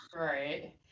Right